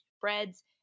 breads